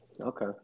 Okay